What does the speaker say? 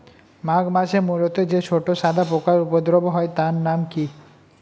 মাঘ মাসে মূলোতে যে ছোট সাদা পোকার উপদ্রব হয় তার নাম কি?